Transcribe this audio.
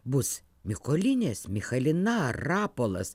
bus mykolinės michalina rapolas